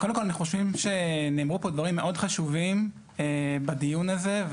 קודם כל אנחנו חושבים שנאמרו פה דברים מאוד חשובים בדיון הזה,